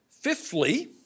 Fifthly